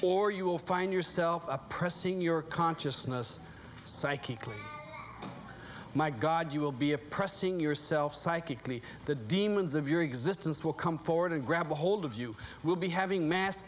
or you will find yourself oppressing your consciousness psychically my god you will be oppressing yourself psychically the demons of your existence will come forward and grab ahold of you will be having mass